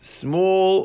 small